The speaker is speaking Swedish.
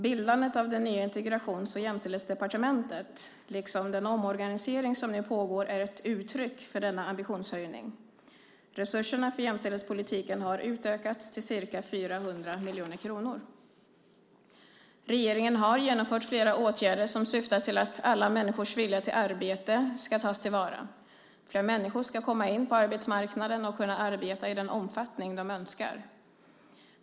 Bildandet av det nya Integrations och jämställdhetsdepartementet liksom den omorganisering som nu pågår är ett uttryck för denna ambitionshöjning. Resurserna för jämställdhetspolitiken har utökats till ca 400 miljoner kronor. Regeringen har genomfört flera åtgärder som syftar till att alla människors vilja till arbete ska tas till vara. Fler människor ska komma in på arbetsmarknaden och kunna arbeta i den omfattning de önskar.